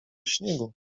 śniegu